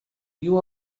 you